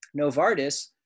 Novartis